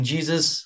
Jesus